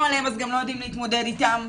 עליהם אז גם לא יודעים להתמודד איתם?